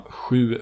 sju